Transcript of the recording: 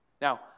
Now